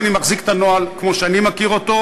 אני מחזיק את הנוהל כמו שאני מכיר אותו,